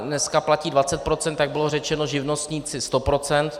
Dneska platí 20 %, jak bylo řečeno, živnostníci 100 %.